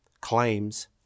claims